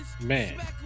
Man